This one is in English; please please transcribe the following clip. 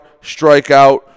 strikeout